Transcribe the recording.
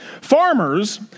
Farmers